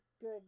good